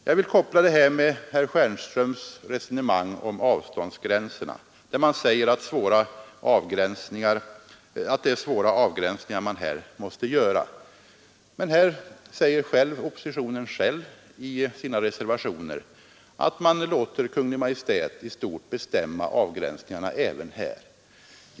Jag vill koppla det med herr Stjernströms resonemang om avståndsgränserna. Han säger att det är svåra avgränsningar man här måste göra. Men oppositionen själv säger i sina reservationer att man låter Kungl. Maj:t i stort bestämma avgränsningarna även här.